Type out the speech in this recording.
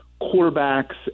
quarterbacks